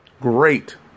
great